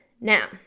now